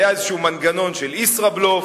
היה איזשהו מנגנון של ישראבלוף,